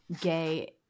gay